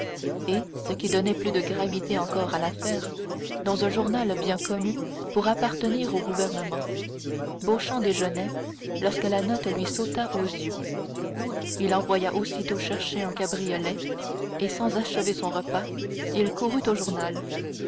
et ce qui donnait plus de gravité encore à l'affaire dans un journal bien connu pour appartenir au gouvernement beauchamp déjeunait lorsque la note lui sauta aux yeux il envoya aussitôt chercher un cabriolet et sans achever son repas il courut au journal